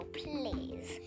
please